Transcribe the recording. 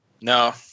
No